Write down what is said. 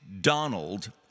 Donald